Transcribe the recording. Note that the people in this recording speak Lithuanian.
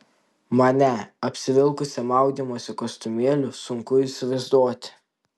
mane apsivilkusią maudymosi kostiumėliu sunku įsivaizduoti